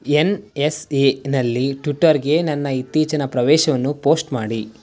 N S ಎನಲ್ಲಿ ಟ್ವಿಟರ್ಗೆ ನನ್ನ ಇತ್ತೀಚಿನ ಪ್ರವೇಶವನ್ನು ಪೋಸ್ಟ್ ಮಾಡಿ